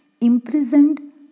Imprisoned